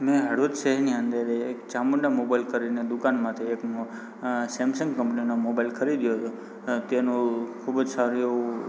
મેં હળવદ શહેરની અંદર એક ચામુંડા મોબાઈલ કરીને દુકાનમાંથી એક સેમસંગ કંપનીનો મોબાઈલ ખરીદ્યો તો તેનું ખૂબ જ સારું એવું